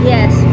Yes